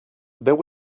there